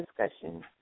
discussion